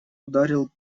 ударил